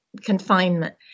confinement